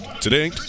Today